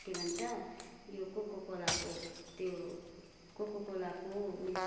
के भन्छ यो कोकोकोलाको त्यो कोकोकोलाको उयेस